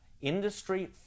Industry